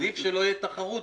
עדיף שלא תהיה תחרות,